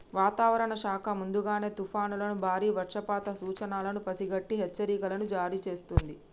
వాతావరణ శాఖ ముందుగానే తుఫానులను బారి వర్షపాత సూచనలను పసిగట్టి హెచ్చరికలను జారీ చేస్తుంది